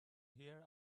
hear